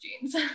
jeans